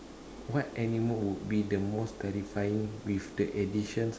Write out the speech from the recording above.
what animal would be the most terrifying with the addition